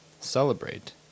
celebrate